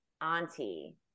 auntie